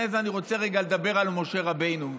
זה אני רוצה רגע לדבר על משה רבנו,